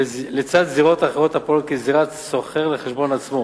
לצד זירות אחרות הפועלת כזירת סוחר לחשבון עצמו.